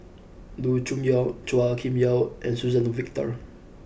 Loo Choon Yong Chua Kim Yeow and Suzann Victor